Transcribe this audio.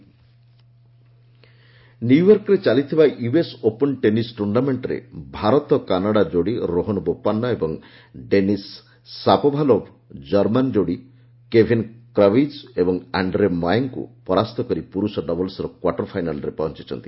US open ନ୍ୟୁୟର୍କରେ ଚାଲିଥିବା US open tennis ଟୁର୍ଣ୍ଣାମେଷ୍ଟରେ ଭାରତ କାନାଡ଼ା ଯୋଡ଼ି ରୋହନ୍ ବୋପାନ୍ନା ଓ ଡେନିସ୍ ସାପୋଭାଲୋଭ୍ ଜର୍ମାନ୍ ଯୋଡ଼ି କେଭିନ୍ କ୍ରାଓ୍ୱିଜ୍ ଓ ଆଶ୍ରେ ମାଏଙ୍କୁ ପରାସ୍ତ କରି ପୁରୁଷ ଡବଲ୍ସ୍ର କ୍ୱାର୍ଟର୍ ଫାଇନାଲ୍ରେ ପହଞ୍ଚୁଛନ୍ତି